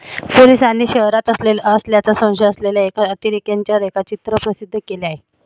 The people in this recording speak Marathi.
पोलिसांनी शहरात असलेलं असल्याचा संशय असलेल्या एका अतिरेक्यांच्या रेखाचित्र प्रसिद्ध केलं आहे